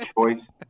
choice